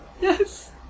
yes